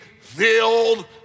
filled